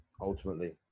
ultimately